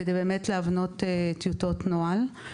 כדי להבנות טיוטות נוהל.